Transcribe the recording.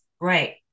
Right